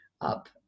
up